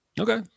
Okay